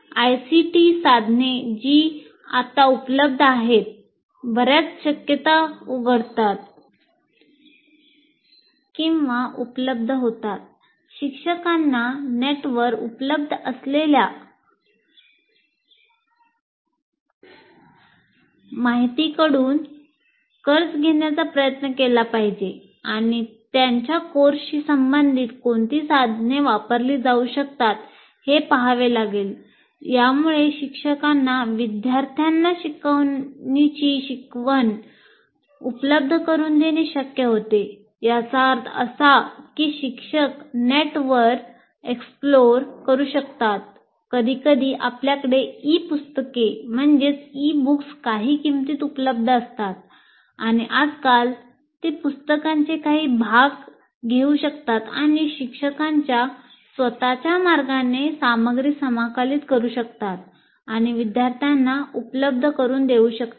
ICT काही किंमतीत उपलब्ध असतात आणि आजकाल ते पुस्तकांचे काही भाग घेऊ शकतात आणि शिक्षकांच्या स्वत च्या मार्गाने सामग्री समाकलित करू शकतात आणि विद्यार्थ्यांना उपलब्ध करुन देऊ शकतात